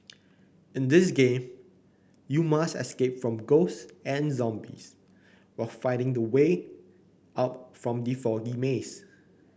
in this game you must escape from ghosts and zombies while finding the way out from the foggy maze